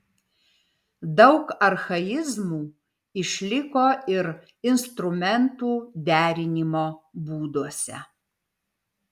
daug archaizmų išliko ir instrumentų derinimo būduose